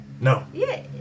No